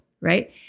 right